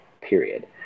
period